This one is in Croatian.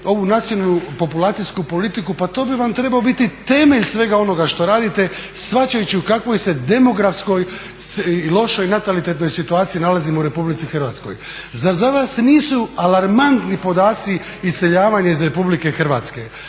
ovu nacionalnu populacijsku politiku pa to bi vam trebao biti temelj svega onoga što radite shvaćajući u kakvoj se demografskoj i lošoj natalitetnoj situaciji nalazimo u RH. Zar za vas nisu alarmantni podaci iseljavanja iz RH? Pa toga se